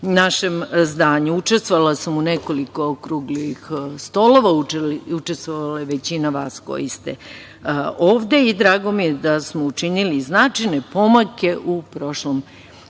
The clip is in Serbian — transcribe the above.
našem zdanju. Učestvovala sam u nekoliko okruglih stolova, učestvovala je većina vas koji ste ovde i drago mi je da smo učinili značajne pomake u prošlom